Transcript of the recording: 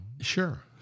Sure